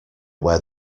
where